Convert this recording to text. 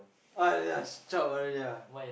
!aiya! she zhao already ah